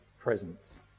presence